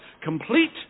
complete